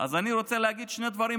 אני מסיים.